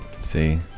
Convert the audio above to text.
See